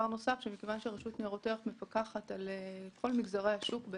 רשות ניירות ערך מפקחת על כל מגזרי השוק.